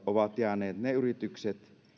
ovat jääneet ne yritykset